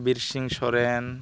Birsing Soren